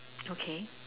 okay